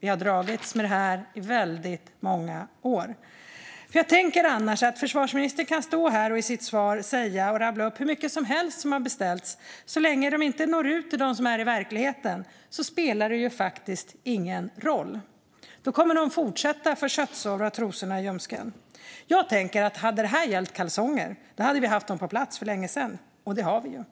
Vi har dragits med detta i väldigt många år. Jag tänker att försvarsministern kan stå här och i sitt svar rabbla upp hur mycket som helst som har beställts men att det faktiskt inte spelar någon roll så länge detta inte når ut till dem som befinner sig ute i verkligheten. De kommer ju att fortsätta få köttsår i ljumsken av trosorna. Om detta hade gällt kalsonger tänker jag att vi hade haft dem på plats för länge sedan - och det har vi ju.